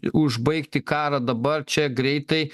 užbaigti karą dabar čia greitai